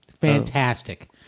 Fantastic